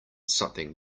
something